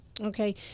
okay